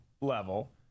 level